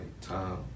time